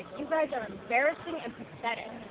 you guys are embarrassing and pathetic.